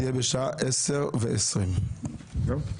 תהיה בשעה 10:20. זהו?